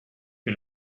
que